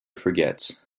forgets